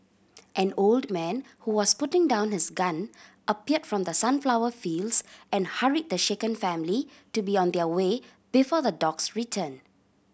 an old man who was putting down his gun appeared from the sunflower fields and hurried the shaken family to be on their way before the dogs return